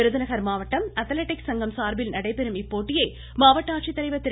விருதுநகர் மாவட்டம் அத்லெட்டிக் சங்கம் சார்பில் நடைபெறும்இப்போட்டியை மாவட்ட ஆட்சித்தலைவா் திரு